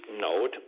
note